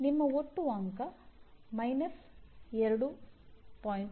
ಆದ್ದರಿಂದ ನಿಮ್ಮ ಒಟ್ಟು ಅಂಕ 2